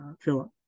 Philip